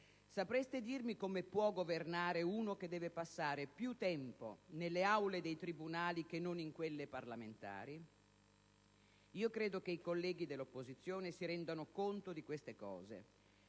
sapreste dirmi come può governare uno che deve passare più tempo nelle aule dei tribunali che non in quelle parlamentari? Io credo che i colleghi dell'opposizione si rendano conto di queste cose.